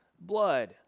blood